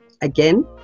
Again